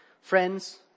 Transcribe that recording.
Friends